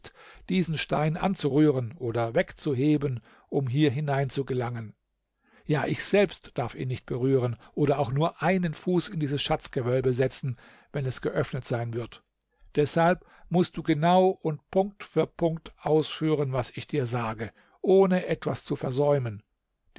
diesen stein anzurühren oder wegzuheben um hier hinein zu gelangen ja ich selbst darf ihn nicht berühren oder auch nur einen fuß in dieses schatzgewölbe setzen wenn es geöffnet sein wird deshalb mußt du genau und punkt für punkt ausführen was ich dir sage ohne etwas zu versäumen